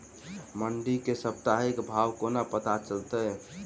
मंडी केँ साप्ताहिक भाव कोना पत्ता चलतै?